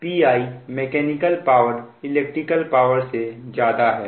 अब Pi mechanical power electric power से ज्यादा है